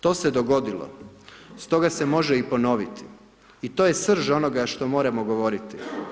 To se dogodilo, stoga se može i ponoviti i to je srž onoga što moramo govoriti.